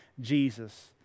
Jesus